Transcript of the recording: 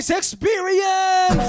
experience